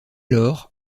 lors